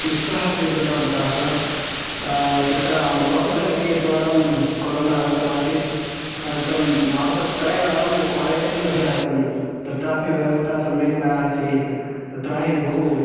क्लिष्टः स्वीकृतवन्तः स्मः तत्र मम कृतेपि एकवारं कोरोना आगतमासीत् अनन्तरं मासत्रयम् अहं क्वारण्टैन् मध्ये आसन् तत्रापि व्यवस्था सम्यक् न आसीत् तत्र हि बहु